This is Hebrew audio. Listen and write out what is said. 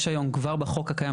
יש היום כבר בחוק הקיים,